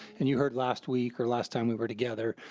and you heard last week or last time we were together,